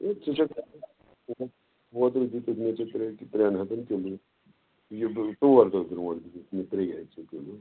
ہے ژٕ چھیٚکھ اوترٕ دیٛتُتھ مےٚ ژےٚ ترٛےٚ ترٛیٚن ہَتَن کِلوٗ یہِ بہٕ ژور دۄہ برٛونٛٹھ دُیٛتتھ مےٚ ترٛییہِ ہتھ ژےٚ کِلوٗ